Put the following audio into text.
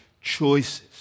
choices